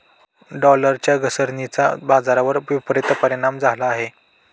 डॉलरच्या घसरणीचा बाजारावर विपरीत परिणाम झाला आहे